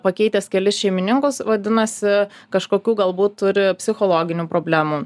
pakeitęs kelis šeimininkus vadinasi kažkokių galbūt turi psichologinių problemų